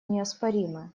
неоспоримы